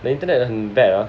the internet 很 bad ah